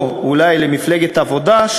או אולי למפלגת העבודה,